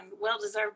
well-deserved